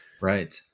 Right